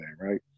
right